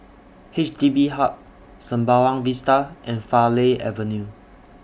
H D B Hub Sembawang Vista and Farleigh Avenue